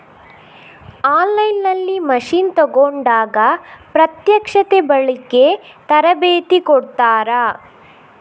On line ನಲ್ಲಿ machine ತೆಕೋಂಡಾಗ ಪ್ರತ್ಯಕ್ಷತೆ, ಬಳಿಕೆ, ತರಬೇತಿ ಕೊಡ್ತಾರ?